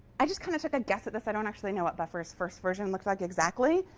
i just kind of took a guess at this. i don't actually know what buffer's first version looked like exactly.